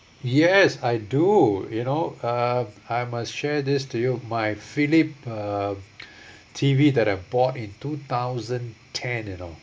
yes I do you know uh I must share this to you my philip uh T_V that I bought in two thousand ten you know